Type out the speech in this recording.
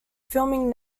filming